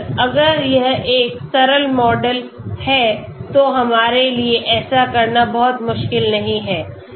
सरल अगर यह एक सरल मॉडल है तो हमारे लिए ऐसा करना बहुत मुश्किल नहीं है